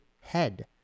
head